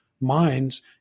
minds